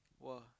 !wah!